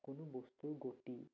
কোনো বস্তুৰ গতি